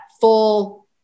full